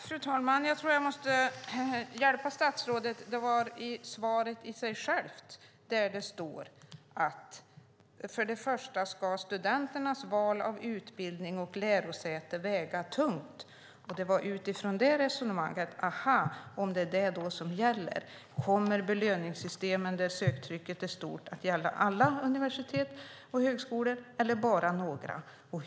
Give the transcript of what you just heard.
Fru talman! Jag måste nog hjälpa statsrådet. Det står i själva interpellationssvaret att "för det första ska studenternas val av utbildning och lärosäte väga tungt", och det var utifrån det resonemanget som jag undrade om belöningssystemen där söktrycket är stort kommer att gälla alla universitet och högskolor eller bara några.